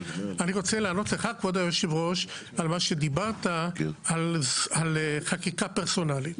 אני רוצה לענות לך כבוד יושב הראש על מה שדיברת על חקיקה פרסונלית.